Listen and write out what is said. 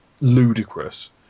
ludicrous